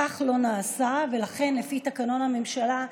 כך לא נעשה, ולפי תקנון הממשלה,